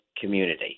community